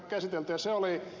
se oli ed